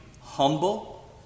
humble